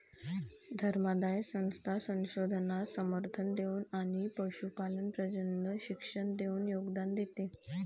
धर्मादाय संस्था संशोधनास समर्थन देऊन आणि पशुपालन प्रजनन शिक्षण देऊन योगदान देते